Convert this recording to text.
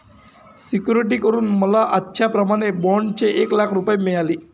security करून मला आजच्याप्रमाणे बाँडचे एक लाख रुपये मिळाले